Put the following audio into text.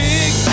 Big